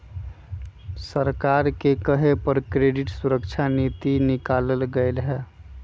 सरकारे के कहे पर क्रेडिट सुरक्षा नीति निकालल गेलई ह